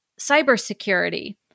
cybersecurity